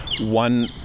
one